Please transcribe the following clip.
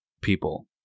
people